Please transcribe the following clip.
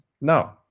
no